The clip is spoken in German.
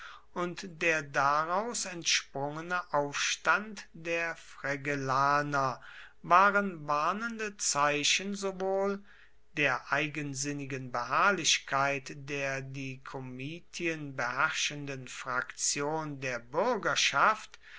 und der daraus entsprungene aufstand der fregellaner waren warnende zeichen sowohl der eigensinnigen beharrlichkeit der die komitien beherrschenden fraktion der bürgerschaft